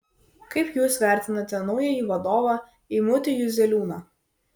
kaip jūs vertinate naująjį vadovą eimutį juzeliūną